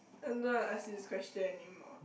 I don't want ask you this question anymore